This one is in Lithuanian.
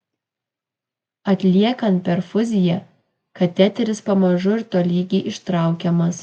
atliekant perfuziją kateteris pamažu ir tolygiai ištraukiamas